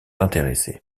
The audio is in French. intéressés